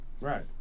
right